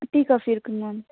tea coffee இருக்குங்க ma'am